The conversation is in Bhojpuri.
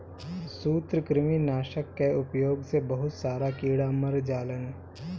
सूत्रकृमि नाशक कअ उपयोग से बहुत सारा कीड़ा मर जालन